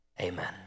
amen